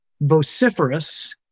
vociferous